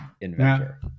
inventor